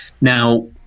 Now